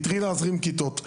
הוא התחיל להזרים כיתות.